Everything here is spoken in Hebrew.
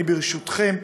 ברשותכם,